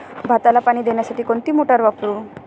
भाताला पाणी देण्यासाठी कोणती मोटार वापरू?